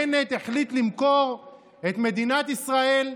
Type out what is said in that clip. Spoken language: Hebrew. בנט החליט למכור את מדינת ישראל,